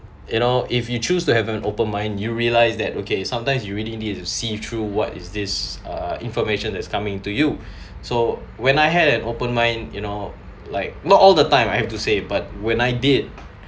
you know if you choose to have an open mind you realised that okay sometimes you really need to see through what is this uh information that's coming to you so when I had an open mind you know like not all the time I have to say but when I did